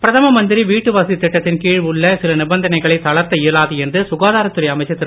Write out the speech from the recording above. பிரதம மந்திரி வீட்டு வசதி திட்டத்தின் கீழ் உள்ள சில நிபந்தனைகளை தளர்த்த இயலாது என்று சுகாதாரத்துறை அமைச்சர் திரு